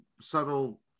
subtle